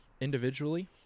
individually